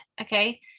okay